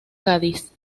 cádiz